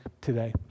today